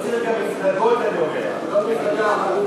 לא צריך גם מפלגות, אני אומר, כולם מפלגה אחת.